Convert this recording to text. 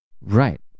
Right